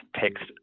text